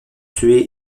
tuer